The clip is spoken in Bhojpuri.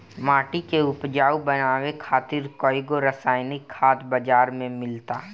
माटी के उपजाऊ बनावे खातिर कईगो रासायनिक खाद बाजार में मिलता